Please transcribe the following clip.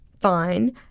Fine